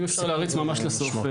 אם אפשר להריץ ממש לסוף.